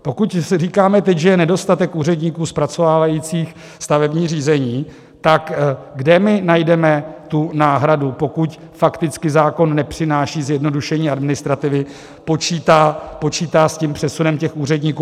Pokud si říkáme teď, že je nedostatek úředníků zpracovávajících stavební řízení, tak kde my najdeme tu náhradu, pokud fakticky zákon nepřináší zjednodušení administrativy, počítá s přesunem těch úředníků?